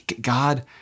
God